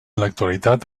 l’actualitat